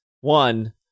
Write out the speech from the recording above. one